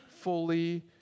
fully